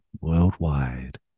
worldwide